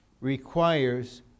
requires